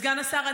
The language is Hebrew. סגן השר,